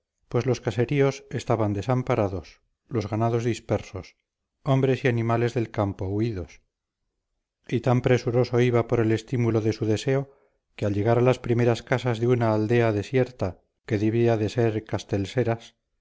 pues los caseríos estaban desamparados los ganados dispersos hombres y animales del campo huídos y tan presuroso iba por el estímulo de su deseo que al llegar a las primeras casas de una aldea desierta que debía de ser